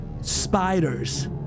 spiders